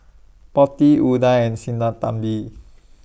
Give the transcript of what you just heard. Potti Udai and Sinnathamby